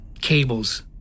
cables